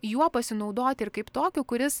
juo pasinaudoti ir kaip tokiu kuris